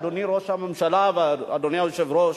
אדוני ראש הממשלה ואדוני היושב-ראש,